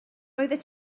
roeddet